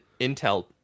Intel